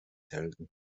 helden